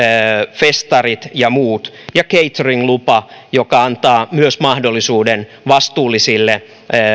festarit ja muut ja catering lupa antaa mahdollisuuden vastuullisille